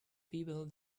people